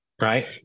right